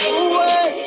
away